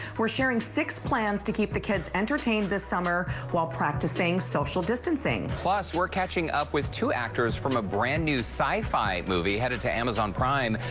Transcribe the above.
we're sharing six plans to keep the kids entertained this summer while practicing social distancing. derrick plus, we're catching up with two actors from a brand new sci-fi movie headed to amazon prime.